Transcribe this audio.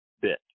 bit